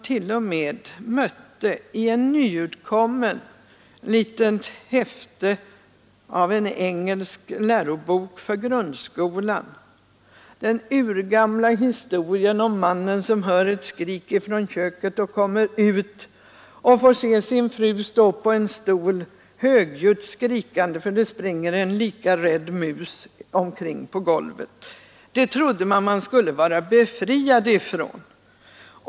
Tror ni inte att man i ett nyutkommet litet häfte av en engelsk lärobok för grundskolan mötte den urgamla historien om mannen som hör ett skrik från köket och kommer ut och får se sin fru stå på en stol högljutt skrikande för att det springer en lika rädd mus omkring på golvet. Det trodde man väl att man skulle vara befriad från!